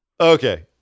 Okay